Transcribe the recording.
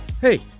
Hey